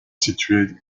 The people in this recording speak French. situés